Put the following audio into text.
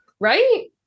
right